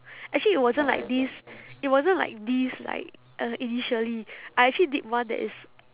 actually it wasn't like this it wasn't like this like uh initially I actually did one that is